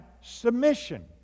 submission